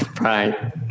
Right